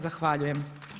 Zahvaljujem.